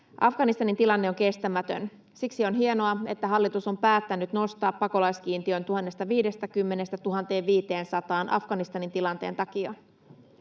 Afganistanin tilanne on kestämätön. Siksi on hienoa, että hallitus on päättänyt nostaa pakolaiskiintiön 1 050:stä 1 500:aan Afganistanin tilanteen takia.